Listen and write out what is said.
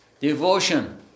devotion